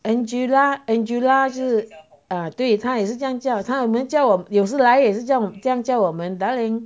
angela angela 是 mm 对她也是这样叫他们叫我有时来这样叫我们 darling